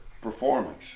performance